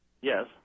Yes